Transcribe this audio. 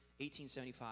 1875